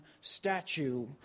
statue